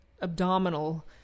abdominal